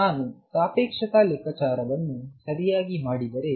ನಾನು ಸಾಪೇಕ್ಷತಾ ಲೆಕ್ಕಾಚಾರವನ್ನು ಸರಿಯಾಗಿ ಮಾಡಿದರೆ